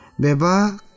Beba